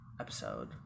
episode